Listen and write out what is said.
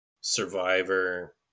Survivor